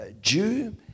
Jew